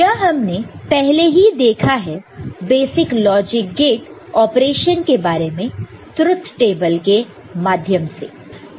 यह हमने पहले ही देखा है बेसिक लॉजिक गेट ऑपरेशन के बारे में ट्रुथ टेबल के माध्यम से